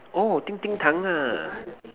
oh 叮叮糖 ah